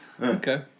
Okay